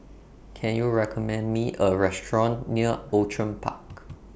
Can YOU recommend Me A Restaurant near Outram Park